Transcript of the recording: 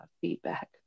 feedback